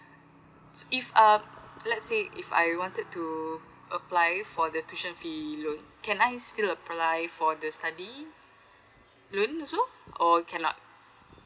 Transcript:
if uh let's say if I wanted to apply for the tuition fee loan can I still apply for the study loan also or cannot